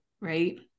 Right